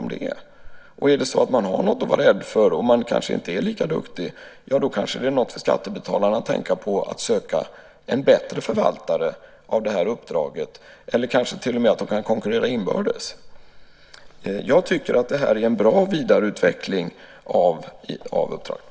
Och om man har något att vara rädd för och om man kanske inte är lika duktig, då kanske det är något för skattebetalarna att tänka på att söka en bättre förvaltare av detta uppdrag. De kanske till och med kan konkurrera inbördes. Jag tycker att det här är en bra vidareutveckling av uppdraget.